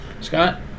scott